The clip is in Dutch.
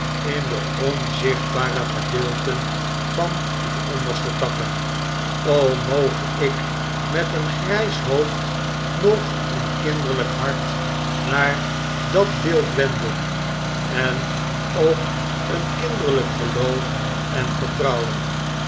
in de onzichtbare gedeelten van uw onderste takken moge ik met een grys hoofd nog een kinderlyk hart naar dat beeld wenden en ook een kinderlijk geloof en vertrouwen